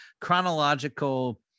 chronological